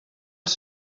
els